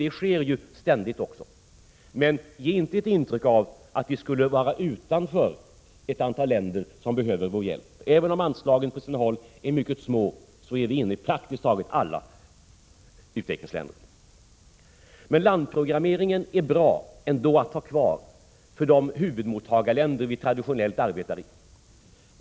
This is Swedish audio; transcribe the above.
Det sker också ständigt. Men ge inte ett intryck av att vi skulle vara utanför ett antal länder som behöver vår hjälp. Även om anslagen på sina håll är mycket små är vi inne i praktiskt taget alla utvecklingsländer. Landprogrammeringen är ändå bra att ha kvar för de huvudmottagarländer som vi traditionellt arbetar i.